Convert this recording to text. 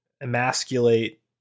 emasculate